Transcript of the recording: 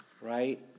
right